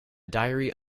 diary